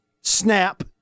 snap